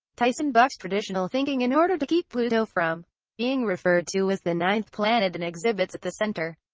tyson bucked traditional thinking in order to keep pluto from being referred to as the ninth planet in exhibits at the center.